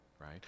right